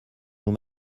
nous